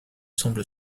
semble